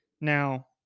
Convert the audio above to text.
Now